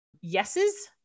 yeses